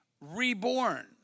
reborn